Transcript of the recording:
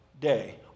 day